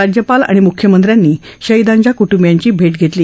राज्यपाल आणि मुख्यमंत्र्यांनी शहीदांच्या कटंबियांची भेट घेतली